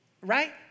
right